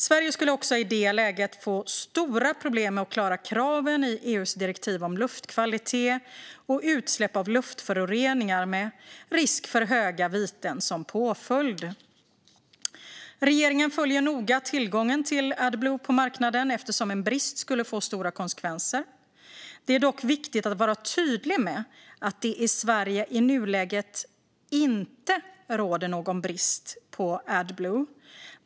Sverige skulle också i det läget få stora problem att klara kraven i EU:s direktiv om luftkvalitet och utsläpp av luftföroreningar, med risk för höga viten som påföljd. Regeringen följer noga tillgången till Adblue på marknaden eftersom en brist skulle få stora konsekvenser. Det är dock viktigt att vara tydlig med att det i Sverige i nuläget inte råder någon brist på Adblue.